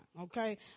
okay